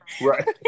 Right